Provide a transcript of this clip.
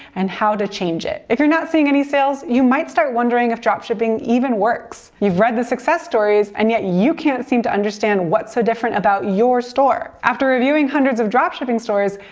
and how to change it. if you're not seeing any sales you might start wondering if dropshipping even works. you've read success stories, and yet you can't seem to understand what's so different about your store. after reviewing hundreds of dropshipping stores,